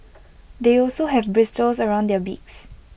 they also have bristles around their beaks